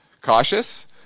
cautious